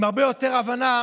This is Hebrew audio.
עם הרבה יותר הבנה.